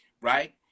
right